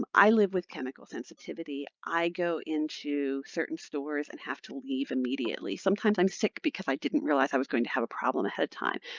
um i live with chemical sensitivity. i go into certain stores and have to leave immediately. sometimes i'm sick, because i didn't realize i was going to have a problem ahead of time.